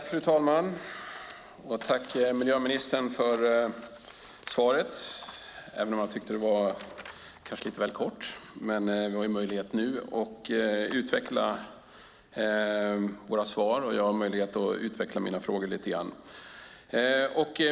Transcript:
Fru talman! Tack, miljöministern, för svaret, även om jag tyckte att det var lite väl kort. Men han har nu möjlighet att utveckla svaren, och jag har möjlighet att utveckla mina frågor.